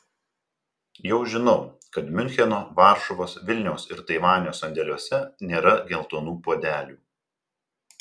jau žinau kad miuncheno varšuvos vilniaus ir taivanio sandėliuose nėra geltonų puodelių